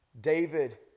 David